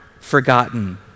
forgotten